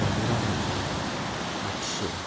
पंदरा हजार आठशें